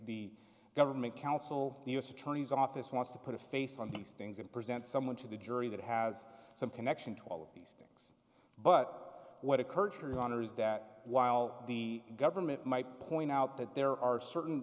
the government counsel the u s attorney's office wants to put a face on these things and present someone to the jury that has some connection to all of these things but what occurred for your honor is that while the government might point out that there are certain